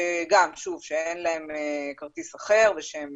שאין להם כרטיס אחר ושהם